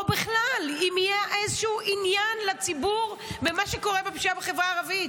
או בכלל אם היה איזשהו עניין לציבור במה שקורה בפשיעה בחברה הערבית.